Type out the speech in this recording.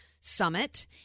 summit